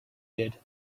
did